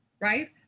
right